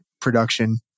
production